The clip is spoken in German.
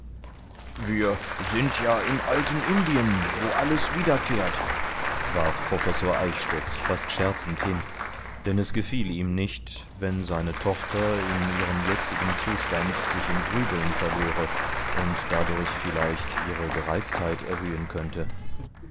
wir sind ja im alten indien wo alles wiederkehrt warf professor eichstädt fast scherzend hin denn es gefiel ihm nicht wenn seine tochter in ihrem jetzigen zustand sich in grübeln verlöre und dadurch vielleicht ihre gereiztheit erhöhen könnte